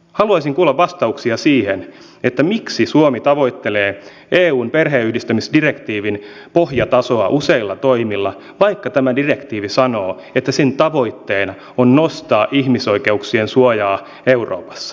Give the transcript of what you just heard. haluaisin kuulla vastauksia siihen miksi suomi tavoittelee eun perheenyhdistämisdirektiivin pohjatasoa useilla toimilla vaikka tämä direktiivi sanoo että sen tavoitteena on nostaa ihmisoikeuksien suojaa euroopassa